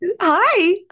Hi